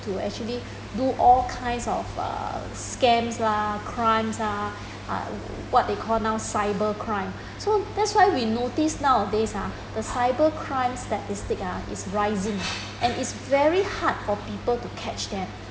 to actually do all kinds of uh scams lah crimes ah uh what they now call cyber crime so that's why we notice nowadays ah the cyber crimes statistics ah is now rising and is very hard for people to catch them